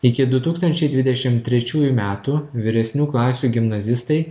iki du tūkstančiai dvidešim trečiųjų metų vyresnių klasių gimnazistai